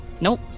Nope